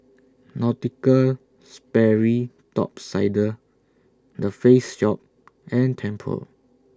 Nautica Sperry Top Sider The Face Shop and Tempur